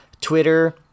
Twitter